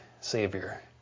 savior